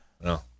No